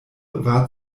war